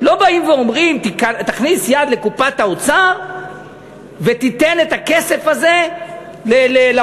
לא באים ואומרים: תכניס יד לקופת האוצר ותיתן את הכסף הזה לרופאים.